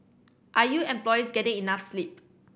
are your employees getting enough sleep